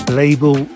label